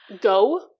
Go